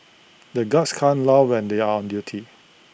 the guards can't laugh and they are on duty